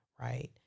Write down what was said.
Right